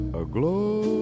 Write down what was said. aglow